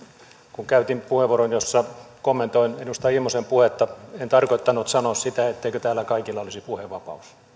kun käytin puheenvuoron jossa kommentoin edustaja immosen puhetta en tarkoittanut sanoa sitä etteikö täällä kaikilla olisi puhevapaus